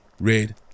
red